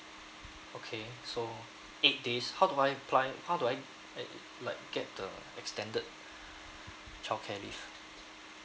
okay so eight days how do I apply how do I I like get the extended childcare leave